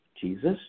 Jesus